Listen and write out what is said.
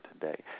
today